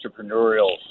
entrepreneurial